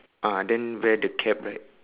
uh then wear the cap right